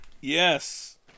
Yes